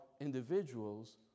individuals